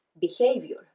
behavior